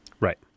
Right